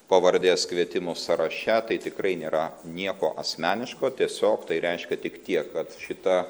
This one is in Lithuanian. pavardės kvietimų sąraše tai tikrai nėra nieko asmeniško tiesiog tai reiškia tik tiek kad šita